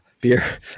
beer